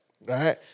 right